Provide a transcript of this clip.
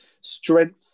strength